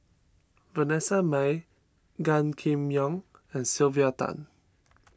Vanessa Mae Gan Kim Yong and Sylvia Tan